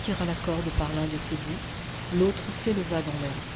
tira la corde par l'un de ses bouts l'autre s'éleva dans l'air